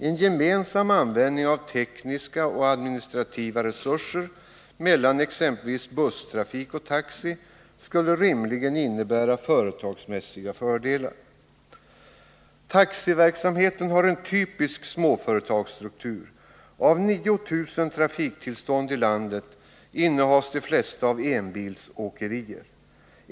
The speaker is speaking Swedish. En gemensam användning av tekniska och administrativa resurser mellan exempelvis busstrafik och taxi skulle rimligen innebära företagsmässiga fördelar. Taxiverksamheten har en typisk småföretagsstruktur. Av 9 000 trafiktillstånd i landet innehas de flesta av enbilsåkerier.